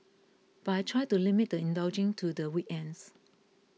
but I try to limit the indulging to the weekends